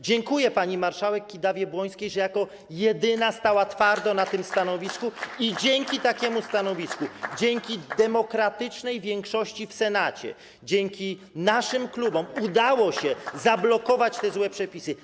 Dziękuję pani marszałek Kidawie-Błońskiej, że jako jedyna stała twardo na tym stanowisku i dzięki takiemu stanowisku, dzięki demokratycznej większości w Senacie, dzięki naszym klubom udało się zablokować te złe przepisy.